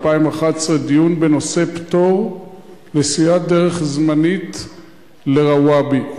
דיון בנושא פטור לסלילת דרך זמנית לרוואבי.